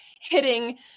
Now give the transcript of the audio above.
hitting